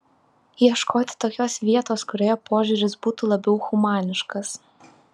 ieškoti tokios vietos kurioje požiūris būtų labiau humaniškas